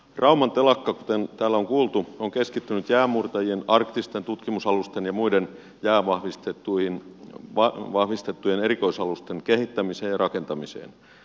rauman telakka kuten täällä on kuultu on keskittynyt jäänmurtajien arktisten tutkimusalusten ja muiden jäävahvistettujen erikoisalusten kehittämiseen ja rakentamiseen